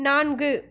நான்கு